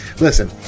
Listen